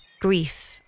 grief